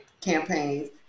campaigns